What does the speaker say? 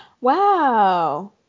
Wow